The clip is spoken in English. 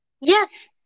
Yes